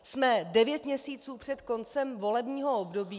Jsme devět měsíců před koncem volebního období.